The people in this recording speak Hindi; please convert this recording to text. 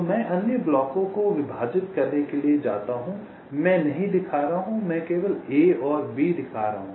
तो मैं अन्य ब्लॉकों को विभाजित करने के लिए जाता हूं मैं नहीं दिखा रहा हूं मैं केवल A और B दिखा रहा हूं